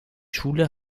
schule